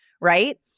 right